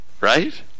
Right